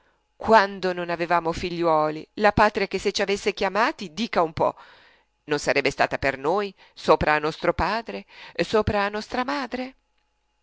quando non avevamo figliuoli la patria che se ci avesse chiamati dica un po non sarebbe stata per noi sopra a nostro padre sopra a nostra madre